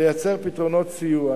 ולייצר פתרונות סיוע.